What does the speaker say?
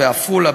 בעפולה,